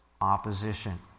opposition